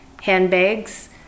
handbags